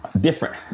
different